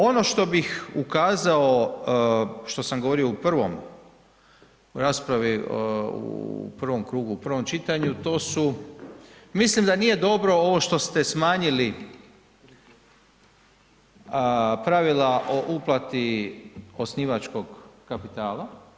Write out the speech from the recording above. Ono što bih ukazao, što sam govorio u prvom, u raspravi, u prvom krugu, u prvom čitanju, to su, mislim da nije dobro ovo što ste smanjili pravila o uplati osnivačkog kapitala.